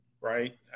right